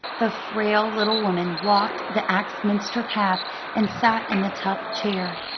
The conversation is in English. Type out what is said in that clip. the frail little woman walked the axminster path and sat in the tufted chair.